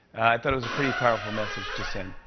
thought it was a pretty powerful message to send.